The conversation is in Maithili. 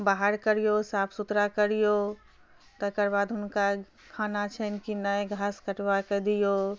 बाहर करिऔ साफ सुथरा करिऔ तकर बाद हुनका खाना छनि कि नहि घास कटबाके दिऔ